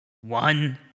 one